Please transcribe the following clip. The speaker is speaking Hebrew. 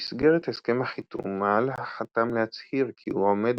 במסגרת הסכם החיתום על החתם להצהיר כי הוא עומד